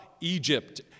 Egypt